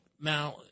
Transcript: Now